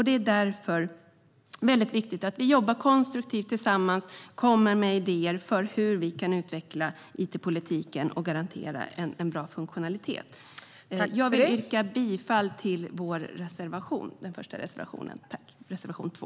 Det är därför viktigt att vi jobbar konstruktivt tillsammans och kommer med idéer om hur vi kan utveckla it-politiken och garantera en bra funktionalitet. Jag yrkar bifall till vår reservation 3.